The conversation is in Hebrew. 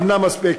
אינה מספקת.